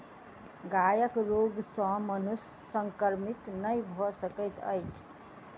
गायक रोग सॅ मनुष्य संक्रमित नै भ सकैत अछि